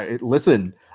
Listen